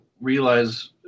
realize